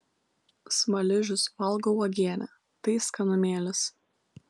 smaližius valgo uogienę tai skanumėlis